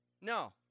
No